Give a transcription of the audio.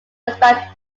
expand